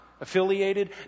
affiliated